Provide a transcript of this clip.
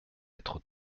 être